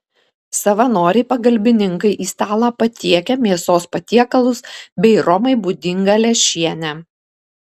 savanoriai pagalbininkai į stalą patiekia mėsos patiekalus bei romai būdingą lęšienę